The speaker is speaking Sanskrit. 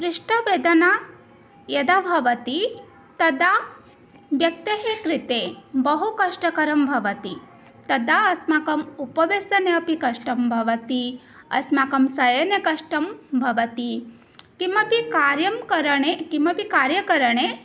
पृष्ठवेदना यदा भवति तदा व्यक्तेः कृते बहुकष्टकरं भवति तदा अस्माकम् उपवेशने अपि कष्टं भवति अस्माकं शयने कष्टं भवति किमपि कार्यकरणे किमपि कार्यकरणे